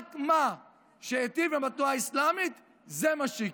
רק מה שייטיב עם התנועה האסלאמית זה מה שיקרה.